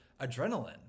adrenaline